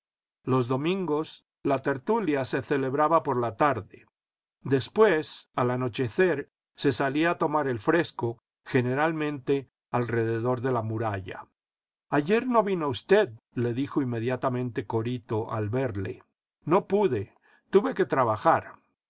los domingos la tertulia se celebraba por la tarde después al anochecer se salía a tomar el fresco generalmente alrededor de la muralla ayer no vino usted le dijo inmediatamente corito al verle no pude tuve que trabajar